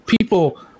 People